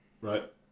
Right